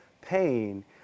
pain